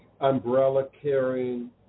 umbrella-carrying